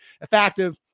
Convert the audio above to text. effective